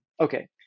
Okay